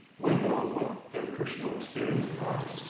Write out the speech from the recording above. window of what their personal experiences are,